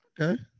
Okay